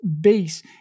base